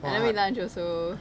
I never eat lunch also